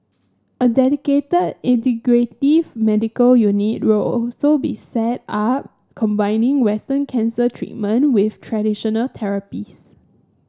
a dedicated integrative medical unit will also be set up combining Western cancer treatment with traditional therapies